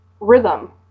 rhythm